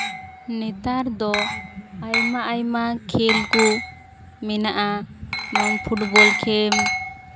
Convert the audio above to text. ᱱᱮᱛᱟᱨ ᱫᱚ ᱟᱭᱢᱟ ᱟᱭᱢᱟ ᱠᱷᱮᱞ ᱠᱚ ᱢᱮᱱᱟᱜᱼᱟ ᱮᱵᱚᱝ ᱯᱷᱩᱴᱵᱚᱞ ᱠᱷᱮᱞ